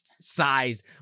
size